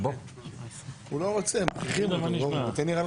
אם הודיע לממשלה וליושב ראש הכנסת כי נבצר ממנו